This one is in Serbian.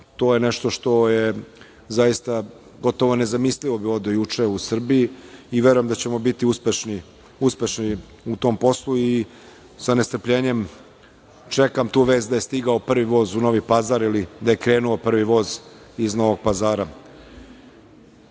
To je nešto što je zaista gotovo nezamislivo bilo do juče u Srbiji. Verujem da ćemo biti uspešni u tom poslu i sa nestrpljenjem čekam tu vest da je stigao prvi voz u Novi Pazar ili da je krenuo prvi voz iz Novog Pazara. Radimo,